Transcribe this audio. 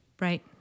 Right